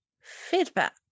feedback